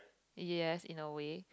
yes in a way